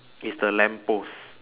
is the lamppost